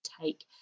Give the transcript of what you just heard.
take